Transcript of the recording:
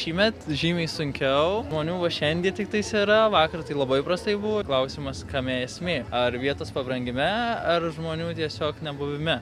šįmet žymiai sunkiau žmonių va šiandien tiktais yra vakar tai labai prastai buvo klausimas kame esmė ar vietos pabrangime ar žmonių tiesiog nebuvime